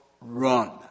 run